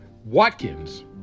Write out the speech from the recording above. Watkins